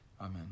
Amen